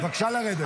בבקשה לרדת.